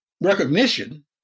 recognition